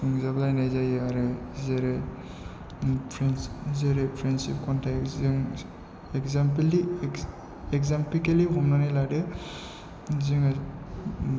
सुंजाबलायनाय जायो आरो जेरै जेरै फ्रेन्डसिप कन्टेकजों एकजाजेक्टलि एक्जामपोल हमनानै लादो जोङो